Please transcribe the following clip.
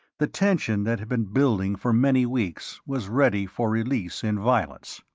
the tension that had been building for many weeks was ready for release in violence.